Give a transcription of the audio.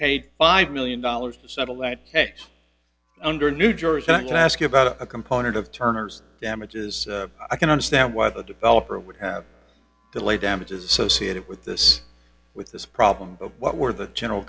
paid five million dollars to settle that case under new jersey and ask about a component of turner's damages i can understand why the developer would have delayed damages associated with this with this problem but what were the general